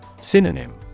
Synonym